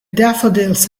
daffodils